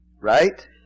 Right